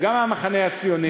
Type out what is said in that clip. וגם מהמחנה הציוני,